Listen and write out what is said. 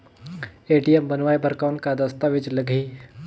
ATM बनवाय बर कौन का दस्तावेज लगही?